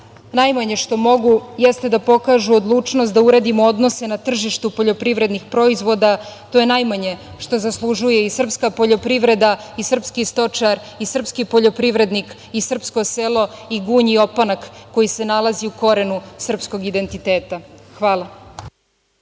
najmanje što mogu jeste da pokažu odlučnost da uredimo odnose na tržištu poljoprivrednih proizvoda. To je najmanje što zaslužuje i srpska poljoprivreda i srpski stočar i srpski poljoprivrednik i srpsko selo i gunj i opanak koji se nalazi u korenu srpskog identiteta. Hvala.